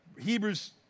Hebrews